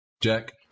jack